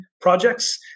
projects